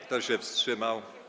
Kto się wstrzymał?